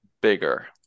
bigger